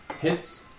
hits